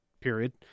period